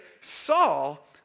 Saul